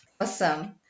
Awesome